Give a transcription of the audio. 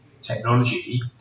technology